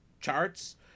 charts